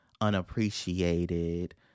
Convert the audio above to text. unappreciated